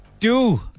two